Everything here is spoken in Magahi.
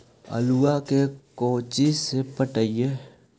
आलुआ के कोचि से पटाइए?